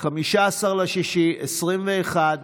15 ביוני 2021,